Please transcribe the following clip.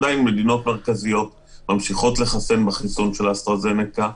עדיין מדינות מרכזיות ממשיכות לחסן בחיסון של אסטרה-זניקה.